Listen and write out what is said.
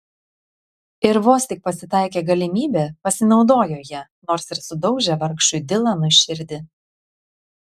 ir vos tik pasitaikė galimybė pasinaudojo ja nors ir sudaužė vargšui dilanui širdį